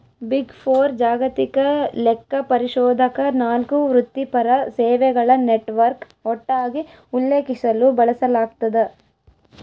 big four ಜಾಗತಿಕ ಲೆಕ್ಕಪರಿಶೋಧಕ ನಾಲ್ಕು ವೃತ್ತಿಪರ ಸೇವೆಗಳ ನೆಟ್ವರ್ಕ್ ಒಟ್ಟಾಗಿ ಉಲ್ಲೇಖಿಸಲು ಬಳಸಲಾಗ್ತದ